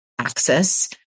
access